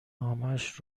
همش